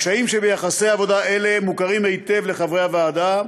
הקשיים שביחסי עבודה אלה מוכרים היטב לחברי הוועדה,